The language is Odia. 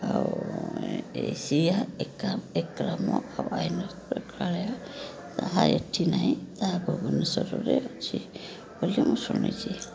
ଆଉ ଏଇ ସିହା ଆଉ ଆଇନକ୍ସ ପ୍ରେକ୍ଷାଳୟ ତାହା ଏଠି ନାହିଁ ତାହା ଭୁବନେଶ୍ୱରରେ ଅଛି ବୋଲି ମୁଁ ଶୁଣିଛି